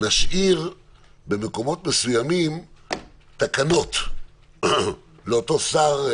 נשאיר במקומות מסוימים תקנות לאותו שר,